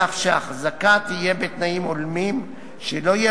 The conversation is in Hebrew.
כך שההחזקה תהיה בתנאים הולמים שלא יהיה